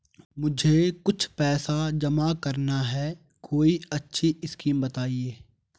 मुझे कुछ पैसा जमा करना है कोई अच्छी स्कीम बताइये?